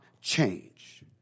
change